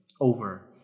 over